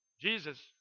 Jesus